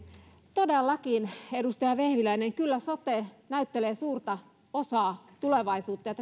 todellakin edustaja vehviläinen kyllä sote näyttelee suurta osaa tulevaisuudessa ja